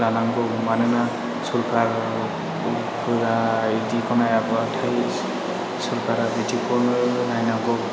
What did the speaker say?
लानांगौ मानोना सोरखारफोरा बिदिखौ नायाबा सोरखारा बिदिखौनो नायनांगौ